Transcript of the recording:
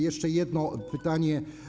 Jeszcze jedno pytanie.